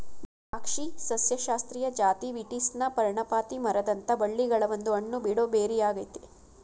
ದ್ರಾಕ್ಷಿ ಸಸ್ಯಶಾಸ್ತ್ರೀಯ ಜಾತಿ ವೀಟಿಸ್ನ ಪರ್ಣಪಾತಿ ಮರದಂಥ ಬಳ್ಳಿಗಳ ಒಂದು ಹಣ್ಣುಬಿಡೋ ಬೆರಿಯಾಗಯ್ತೆ